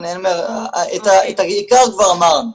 אבל את העיקר כבר אמרנו.